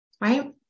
right